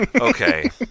Okay